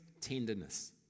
tenderness